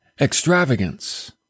Extravagance